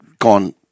gone